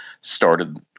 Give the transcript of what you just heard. started